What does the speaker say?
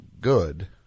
good